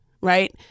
right